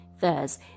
Thus